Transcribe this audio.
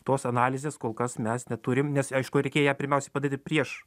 tos analizės kol kas mes neturim nes aišku reikia ją pirmiausia padaryti prieš